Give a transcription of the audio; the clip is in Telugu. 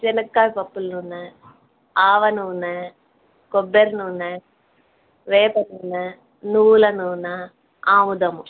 శనక్కాయ పప్పులు నూనె ఆవ నూనె కొబ్బరి నూనె వేప నూనె నువ్వుల నూనె ఆముదము